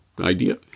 idea